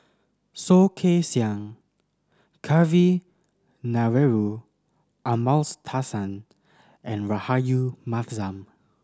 Soh Kay Siang Kavignareru Amallathasan and Rahayu Mahzam